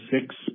six